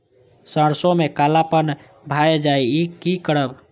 सरसों में कालापन भाय जाय इ कि करब?